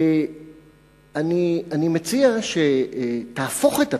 אני מציע שתהפוך את התקנות,